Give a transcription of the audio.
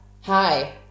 Hi